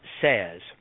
says